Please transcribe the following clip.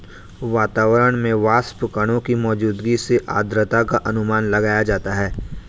वातावरण में वाष्पकणों की मौजूदगी से आद्रता का अनुमान लगाया जाता है